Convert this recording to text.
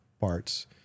parts